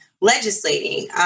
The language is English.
legislating